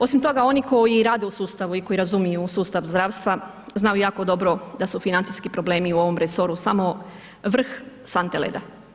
Osim toga oni koji rade u sustavu i koji razumiju sustav zdravstva znaju jako dobro da su financijski problemi u ovom resoru samo vrh sante leda.